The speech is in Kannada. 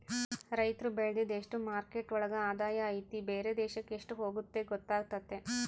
ರೈತ್ರು ಬೆಳ್ದಿದ್ದು ಎಷ್ಟು ಮಾರ್ಕೆಟ್ ಒಳಗ ಆದಾಯ ಐತಿ ಬೇರೆ ದೇಶಕ್ ಎಷ್ಟ್ ಹೋಗುತ್ತೆ ಗೊತ್ತಾತತೆ